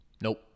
nope